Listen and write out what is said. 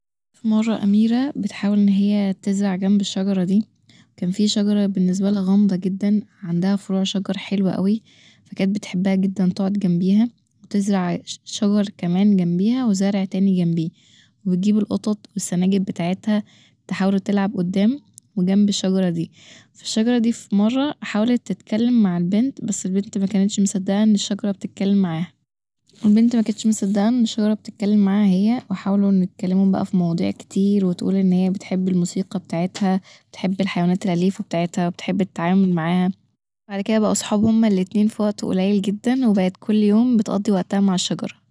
مره اميرة كانت بتحاول ان هي تزرع جنب الشجرة دي وكان فيه شجره بالنسبالها غامضه جدا عندها فروع شجر حلوه جدا فكانت بتحبها تقعد جنبيها وتزرع شجر كمان جنبيها وزرع تاني جنبيها وتجيب القطط والسناجب بتاعتها تحاولوا تلعب قدام وجنب الشجره دي، فالشجره دي فمره حاولت تتكلم مع البنت بس البنت مكانتش مصدقه ان الشجره بتتكلم معاها، والبنت مكانتش مصدقه ان الشجره بتتكلم معاها هي، وحاولوا ان يتكلموا في مواضيع كتير وتقول ان هي بتحب الموسيقي بتاعتها وبتحب الحيوانات الأليفه بتاعتها وبتحب التعامل معاها بعد كدا بقوا صحاب هما الاتنين في وقت قليل جدا وبقت كل يوم بتقضي وقتها مع الشجرة.